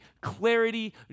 clarity